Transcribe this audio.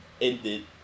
ended